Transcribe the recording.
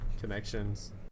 connections